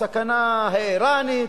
בסכנה האירנית,